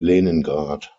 leningrad